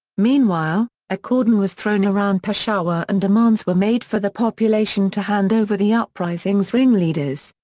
meanwhile, a cordon was thrown around peshawar and demands were made for the population to hand over the uprising's ringleaders.